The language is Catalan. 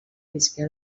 visqué